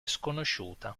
sconosciuta